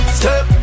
step